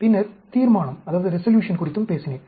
பின்னர் தீர்மானம் குறித்தும் பேசினேன்